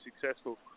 successful